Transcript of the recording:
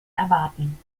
erwarten